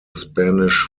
spanish